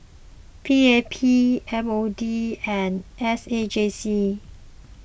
P A P M O D and S A J C